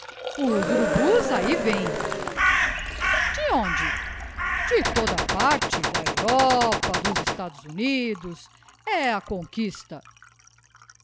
urubus ahi vem de onde de toda a parte da europa dos estados unidos e a conquista